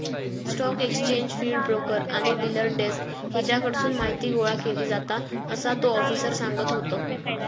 stock exchange feed, broker आणि dealer desk हेच्याकडसून माहीती गोळा केली जाता, असा तो आफिसर सांगत होतो